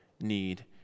need